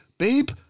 Babe